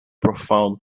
profound